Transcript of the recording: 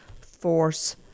force